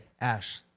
Ash